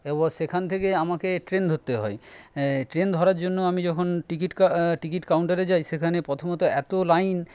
ও সেখান থেকে আমাকে ট্রেন ধরতে হয় ট্রেন ধরার জন্য আমি যখন টিকিট কাউন্টারে যাই সেখানে প্রথমত এত লাইন